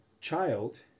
child